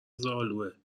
زالوئه